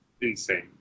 insane